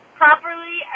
properly